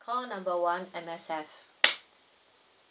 call number one M_S_F